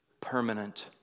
permanent